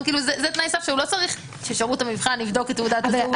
זה תנאי סף שהוא לא צריך ששירות המבחן יבדוק את תעודת הזהות שלו.